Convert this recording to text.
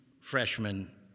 freshman